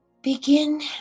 Begin